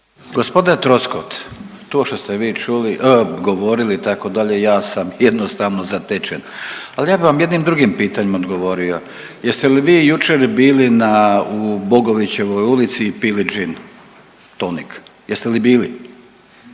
G. Troskot, to što ste vi čuli, govorili, itd., ja sam jednostavno zatečen. Ali ja bi vam jednim drugim pitanjem odgovorio. Jeste li vi jučer bili na, u Bogovićevoj ulici i pili džin tonic? Jeste li bili?